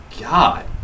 god